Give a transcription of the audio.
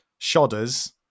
Shodders